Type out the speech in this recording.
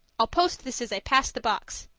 i'll post this as i pass the box.